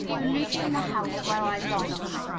who lives in the house where i lodge.